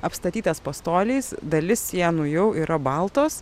apstatytas pastoliais dalis sienų jau yra baltos